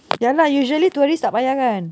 ya lah usually tourist tak payah kan